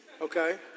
Okay